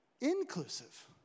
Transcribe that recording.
inclusive